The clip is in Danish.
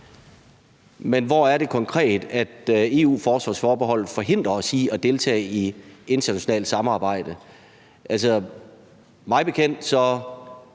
Men hvor er det konkret, EU-forsvarsforbeholdet forhindrer os i at deltage i internationalt samarbejde? Mig bekendt er